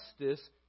justice